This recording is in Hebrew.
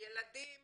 ילדים